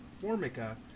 Formica